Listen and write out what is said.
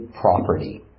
property